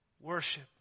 worship